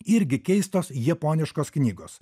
irgi keistos japoniškos knygos